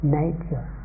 nature